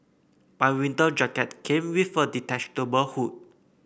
my winter jacket came with a detachable hood